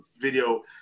video